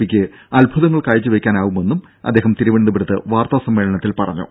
പിക്ക് അത്ഭുതങ്ങൾ കാഴ്ചവെക്കാൻ ആകുമെന്നും അദ്ദേഹം തിരുവനന്തപുരത്ത് വാർത്താ സമ്മേളനത്തിൽ പറഞ്ഞു